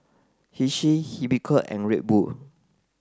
Hersheys Unicurd and Red Bull